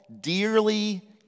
dearly